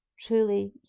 truly